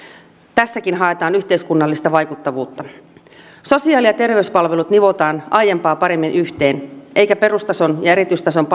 tässäkin haetaan yhteiskunnallista vaikuttavuutta sosiaali ja terveyspalvelut nivotaan aiempaa paremmin yhteen eikä perustason ja erityistason